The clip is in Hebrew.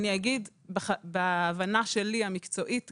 אני אגיד בהבנה המקצועית שלי,